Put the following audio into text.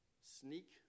sneak